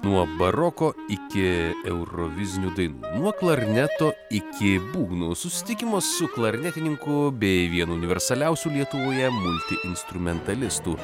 nuo baroko iki eurovizinių dainų nuo klarneto iki būgno susitikimus su klarnetininku bei vienu universaliausių lietuvoje multi instrumentalistu